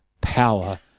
power